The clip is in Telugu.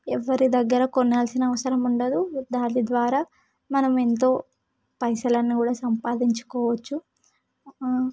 ఎవరి దగ్గర కొనాల్సిన అవసరం ఉండదు దాని ద్వారా మనం ఎంతో పైసలను కూడా సంపాదించుకోవచ్చు